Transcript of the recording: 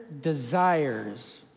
desires